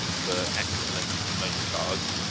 for excellence in motor cars